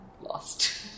lost